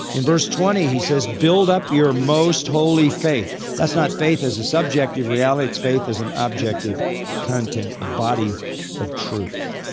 in verse twenty he says, build up your most holy faith. that's not faith as a subjective reality, that's a faith as an objective content, a body of truth.